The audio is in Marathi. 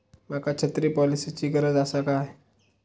माका छत्री पॉलिसिची गरज आसा काय?